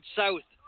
south